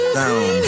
down